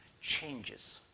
changes